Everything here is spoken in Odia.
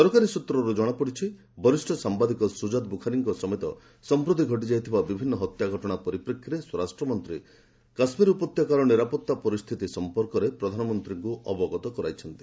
ସରକାରୀ ସ୍ବତ୍ରର ଜଣାପଡ଼ିଛି ବରିଷ୍ଣ ସାମ୍ଭାଦିକ ସ୍ରଜତ ବୃଖାରୀଙ୍କ ସମେତ ସଂପ୍ରତି ଘଟିଯାଇଥିବା ବିଭିନ୍ନ ହତ୍ୟା ଘଟଣା ପରିପେକ୍ଷୀରେ ସ୍ପରାଷ୍ଟ୍ରମନ୍ତ୍ରୀ କାଶ୍ମୀର ଉପତ୍ୟକାର ନିରାପତ୍ତା ପରିସ୍ଥିତି ସଂପର୍କରେ ପ୍ରଧାନମନ୍ତ୍ରୀଙ୍କୁ ଅବଗତ କରାଇଛନ୍ତି